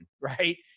right